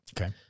Okay